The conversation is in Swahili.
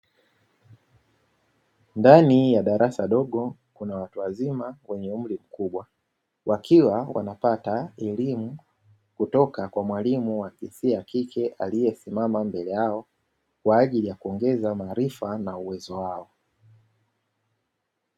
Ndani ya darasa dogo kuna watu wazima wenye umri mkubwa wakiwa wanapata elimu kutoka kwa mwalimu wa jinsia ya kike aliyesimama mbele yao kwa ajili ya kuongeza maarifa na uwezo wao.